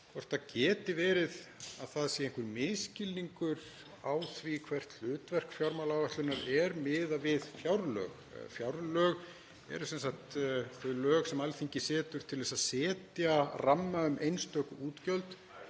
hvort það geti verið að það sé einhver misskilningur á því hvert hlutverk fjármálaáætlunar er miðað við fjárlög. Fjárlög eru sem sagt þau lög sem Alþingi setur til að setja ramma um einstök útgjöld.